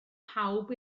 pawb